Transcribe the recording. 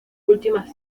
últimas